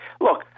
Look